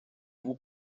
vous